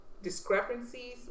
Discrepancies